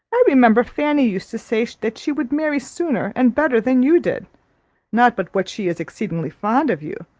i remember fanny used to say that she would marry sooner and better than you did not but what she is exceedingly fond of you,